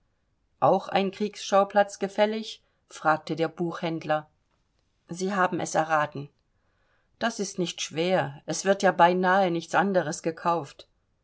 auch ein kriegsschauplatz gefällig fragte der buchhändler sie haben es erraten das ist nicht schwer es wird ja beinahe nichts anderes gekauft